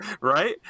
Right